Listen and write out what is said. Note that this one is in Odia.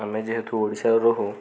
ଆମେ ଯେହେତୁ ଓଡ଼ିଶାରେ ରହୁ